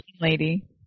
Lady